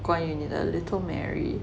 关于你的 little mary